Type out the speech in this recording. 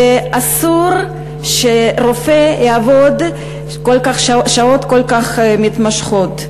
ואסור שרופא יעבוד שעות כל כך מתמשכות.